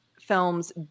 films